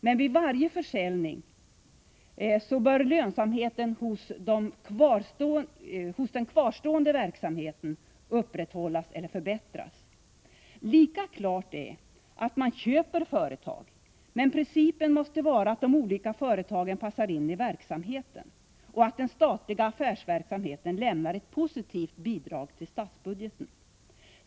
Men vid varje försäljning bör lönsamheten hos den kvarstående verksamheten upprätthållas eller förbättras. Lika klart är att man köper företag, men principen måste vara att de olika företagen passar in i verksamheten och att den statliga affärsverksamheten lämnar ett positivt bidrag till statsbudgeten.